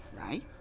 right